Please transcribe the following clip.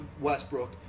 Westbrook